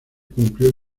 cumplió